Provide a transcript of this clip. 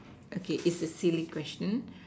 okay it's a silly question